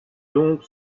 donc